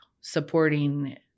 supporting